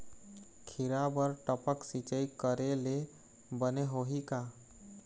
खिरा बर टपक सिचाई करे ले बने होही का?